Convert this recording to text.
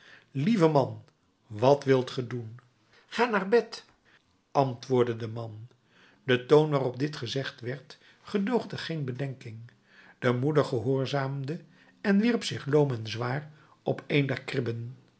lieve man wat wilt ge doen ga naar bed antwoordde de man de toon waarop dit gezegd werd gedoogde geen bedenking de moeder gehoorzaamde en wierp zich loom en zwaar op een